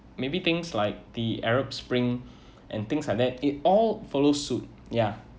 maybe things like the arab spring and things like that it all follow suit ya